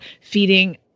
feeding